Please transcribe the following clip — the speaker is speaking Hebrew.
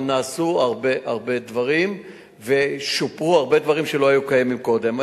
אבל נעשו הרבה הרבה דברים ושופרו הרבה דברים שלא היו קיימים קודם.